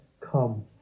come